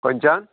खंयच्यान